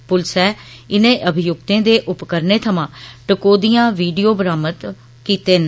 पुलसै इनें अभियुक्तें दे उपकरणें थमां टकोदियां वीडियो बरामद कीते न